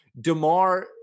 Demar